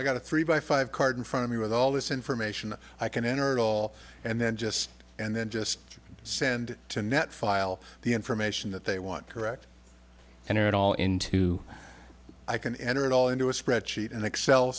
i've got a three by five card in front of me with all this information i can enter it all and then just and then just send to net file the information that they want correct and it all into i can enter it all into a spreadsheet an excel